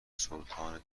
سلطان